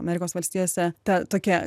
amerikos valstijose ta tokia